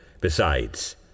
Besides